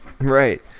Right